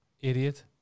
Idiot